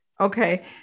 Okay